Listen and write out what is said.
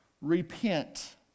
Repent